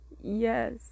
Yes